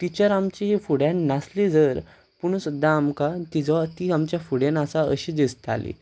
teacher आमची फुड्यान नासली जर पूण सुद्दां आमकां तिजो ती आमच्या फुड्यान आसा अशी दिसताली